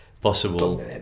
possible